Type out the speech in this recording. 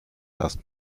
erst